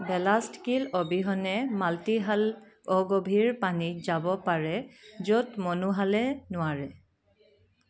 ballast keel অবিহনে multihull অগভীৰ পানীত যাব পাৰে য'ত মনোহালে নোৱাৰে